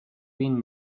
been